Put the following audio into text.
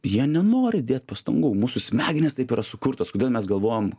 jie nenori dėt pastangų mūsų smegenys taip yra sukurtos kodėl mes galvojam